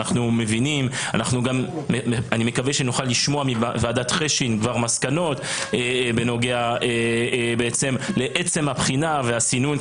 אני מקווה שגם נוכל לשמוע מוועדת חשין מסקנות בנוגע לבחינה והסינון.